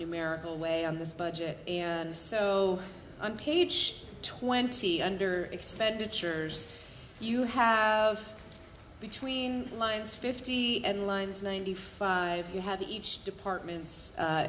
numerical way on this budget and so on page twenty under expenditures you have between lines fifty and lines ninety five you have each department's